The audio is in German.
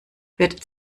wird